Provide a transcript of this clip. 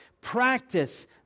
practice